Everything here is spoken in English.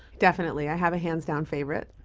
definitely, i have a hands-down favorite.